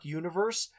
universe